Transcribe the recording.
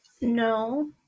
No